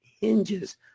hinges